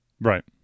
Right